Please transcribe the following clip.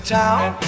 town